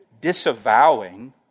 disavowing